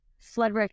flood